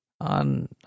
On